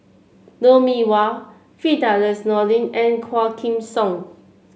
Lou Mee Wah Firdaus Nordin and Quah Kim Song